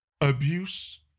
abuse